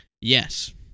Yes